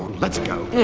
let's go. yeah.